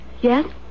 Yes